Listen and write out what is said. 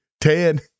Ted